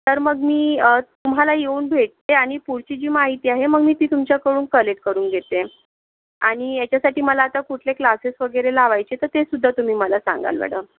तर मग मी तुम्हाला येऊन भेटते आणि पुढची जी माहिती आहे मग मी ती तुमच्याकडून कलेक्ट करून घेते आणि याच्यासाठी मला आता कुठले क्लासेस वगैरे लावायचे तर तेसुद्धा तुम्ही मला सांगाल मॅडम